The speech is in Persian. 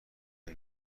این